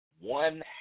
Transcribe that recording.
one